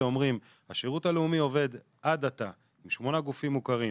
אנחנו אומרים שהשירות הלאומי עובד עד עתה עם שמונה גופים מוכרים,